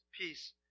peace